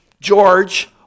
George